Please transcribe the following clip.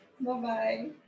Bye-bye